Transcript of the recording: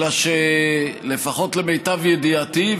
אלא שלפחות למיטב ידיעתי,